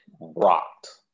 rocked